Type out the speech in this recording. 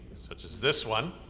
such as this one,